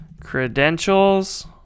credentials